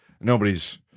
nobody's